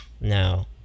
No